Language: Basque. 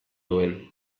duen